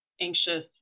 anxious